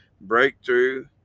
breakthrough